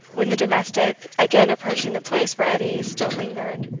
when the domestic, again approaching the place where edie still lingered,